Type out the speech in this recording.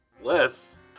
Less